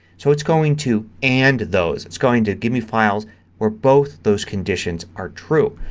so it's going to and those. it's going to give me files where both those conditions are true.